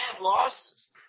losses